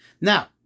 Now